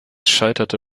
scheiterte